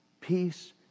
peace